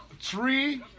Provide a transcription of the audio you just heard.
three